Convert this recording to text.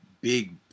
big